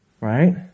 right